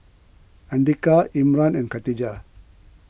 andika Imran and Khatijah